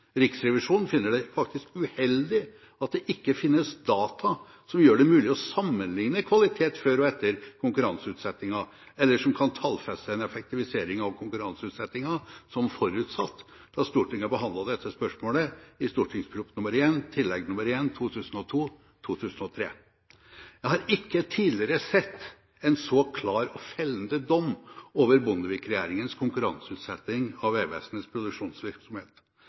Riksrevisjonen finner det faktisk uheldig at det ikke finnes data som gjør det mulig å sammenlikne kvalitet før og etter konkurranseutsettingen, eller som kan tallfeste en effektivisering av konkurranseutsettingen, som forutsatt da Stortinget behandlet dette spørsmålet i St.prp. nr. 1 Tillegg nr. 1 for 2002–2003. Jeg har ikke tidligere sett en så klar og fellende dom over Bondevik-regjeringens konkurranseutsetting av Vegvesenets produksjonsvirksomhet.